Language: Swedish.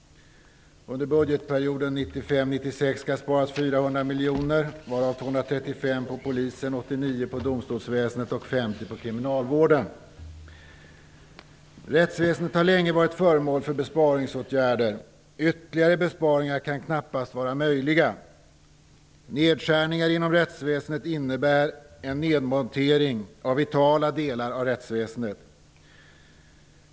Under budgetperioden 1995/96 skall det sparas 400 miljoner, varav 235 inom polisen, Rättsväsendet har länge varit föremål för besparingsåtgärder. Ytterligare besparingar kan knappast vara möjliga. Nedskärningar inom rättsväsendet innebär en nedmontering av vitala delar av rättsväsendet.